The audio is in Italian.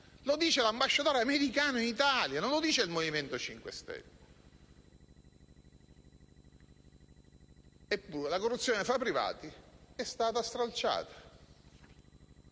lo dice l'ambasciatore americano in Italia e non il Movimento 5 Stelle. Eppure, la norma sulla corruzione tra privati è stata stralciata,